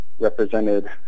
represented